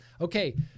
Okay